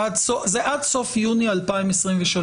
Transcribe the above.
עד סוף יוני 2023,